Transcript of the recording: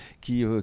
qui